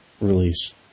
release